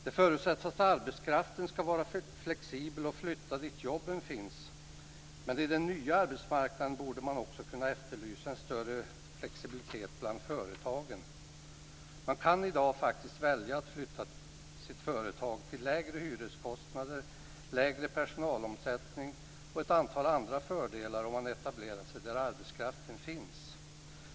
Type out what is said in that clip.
Det förutsätts att arbetskraften ska vara flexibel och flytta dit jobben finns. Men i den nya arbetsmarknaden borde man också kunna efterlysa en större flexibilitet bland företagen. Man kan i dag faktiskt välja att flytta sitt företag till lägre hyreskostnader, lägre personalomsättning och ett antal andra fördelar om man etablerar sig där arbetskraften finns.